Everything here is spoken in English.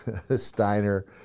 Steiner